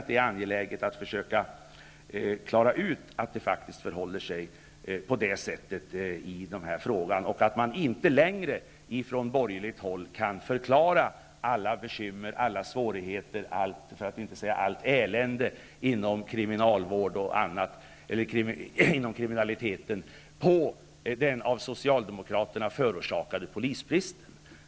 Det är angeläget att försöka klara ut att det faktiskt förhåller sig på detta sätt i denna fråga och att man inte längre från borgerligt håll kan förklara alla bekymmer, svårigheter och allt elände inom kriminalitet på den av Socialdemokraterna förorsakade polisbristen.